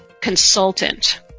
consultant